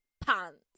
Pants